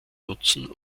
nutzen